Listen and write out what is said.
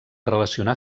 relacionar